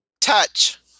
Touch